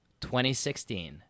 2016